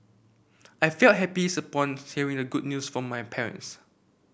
I felt happy hearing the good news from my parents